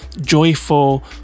joyful